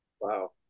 Wow